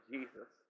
Jesus